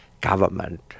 government